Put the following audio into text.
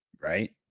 right